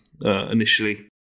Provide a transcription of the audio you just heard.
initially